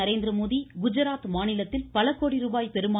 நரேந்திரமோடி குஜராத் மாநிலத்தில் பல கோடி ரூபாய் பெறுமான